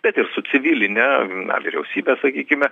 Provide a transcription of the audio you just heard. bet ir su civiline na vyriausybe sakykime